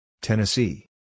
Tennessee